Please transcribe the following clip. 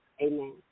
Amen